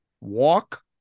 Walk